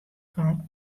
fan